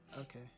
Okay